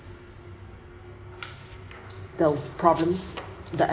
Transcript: the problems the